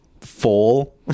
full